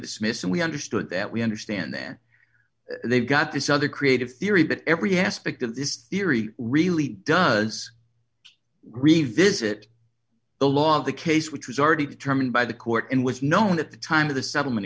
dismiss and we understood that we understand that they've got this other creative theory but every aspect of this theory really does revisit the law of the case which was already determined by the court and was known at the time of the settlement